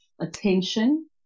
attention